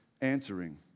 answering